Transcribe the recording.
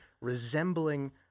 resembling